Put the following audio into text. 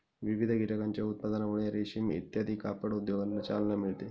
विविध कीटकांच्या उत्पादनामुळे रेशीम इत्यादी कापड उद्योगांना चालना मिळते